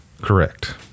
Correct